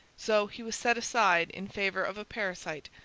so he was set aside in favour of a parasite,